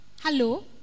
Hello